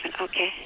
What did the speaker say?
okay